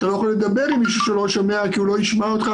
אתה לא יכול לדבר עם מישהו שלא שומע כי הוא לא ישמע אותך,